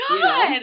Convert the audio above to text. God